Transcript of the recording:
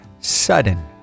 sudden